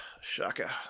shaka